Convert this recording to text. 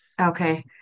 Okay